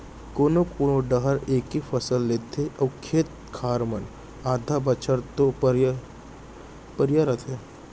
कोनो कोना डाहर एके फसल लेथे अउ खेत खार मन आधा बछर तो परिया रथें